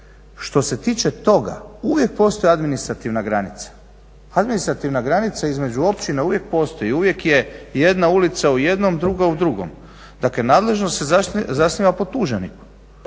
Što se tiče toga, uvijek postoji administrativna granica. Administrativna granica između općina uvijek postoji, uvijek je jedna ulica u jednom, druga u drugom, dakle nadležnost se zasniva po tuženim